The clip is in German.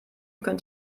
könnt